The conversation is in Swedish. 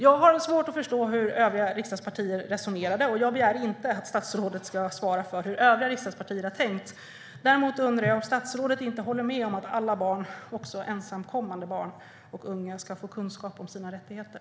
Jag har svårt att förstå hur övriga riksdagspartier resonerade. Jag begär inte att statsrådet ska svara för hur övriga riksdagspartier har tänkt. Däremot undrar jag om statsrådet inte håller med om att alla barn och unga, också ensamkommande, ska få kunskap om sina rättigheter.